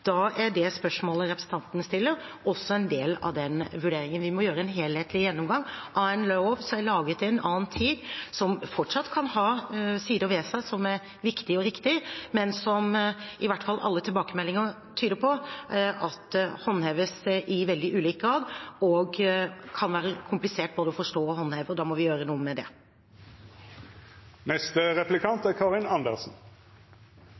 Da er det spørsmålet representanten stiller, også en del av den vurderingen. Vi må gjøre en helhetlig gjennomgang av en lov som er laget i en annen tid, som fortsatt kan ha sider ved seg som er viktige og riktige, men som – noe i hvert fall alle tilbakemeldinger tyder på – håndheves i veldig ulik grad. Den kan være komplisert både å forstå og håndheve, og da må vi gjøre noe med det.